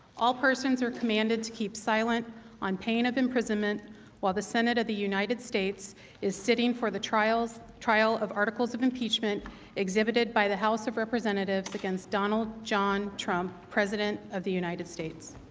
all persons are demanded to keep silent on pain of imprisonment while the senator of the united states is sitting for the trial trial of articles of impeachment exhibited by the house of representatives against donald john trump president of the united states.